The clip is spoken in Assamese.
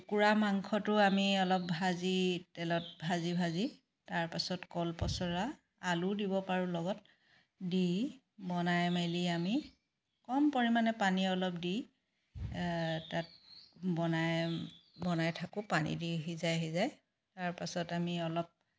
কুকুৰা মাংসটো আমি অলপ ভাজি তেলত ভাজি ভাজি তাৰপাছত কল পছলা আলুও দিব পাৰো লগত দি বনাই মেলি আমি কম পৰিমাণে পানী অলপ দি তাত বনাই বনাই থাকো পানী দি সিজাই সিজাই তাৰপাছত আমি অলপ